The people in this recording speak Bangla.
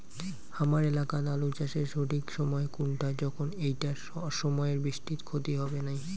হামার এলাকাত আলু চাষের সঠিক সময় কুনটা যখন এইটা অসময়ের বৃষ্টিত ক্ষতি হবে নাই?